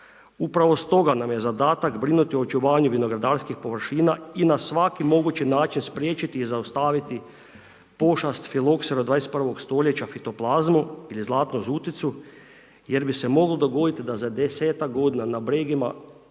Upravo stoga nam je zadatak brinuti o očuvanju vinogradarskih površina i na svaki mogući način spriječiti i zaustaviti pošast .../Govornik se ne razumije./... 21. stoljeća fitoplazmu ili zlatnu žuticu jer bi se moglo dogoditi da za 10ak godina na brežuljcima